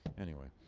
anyway.